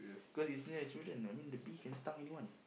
cause he's near the children I mean the bee can stung anyone